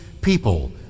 people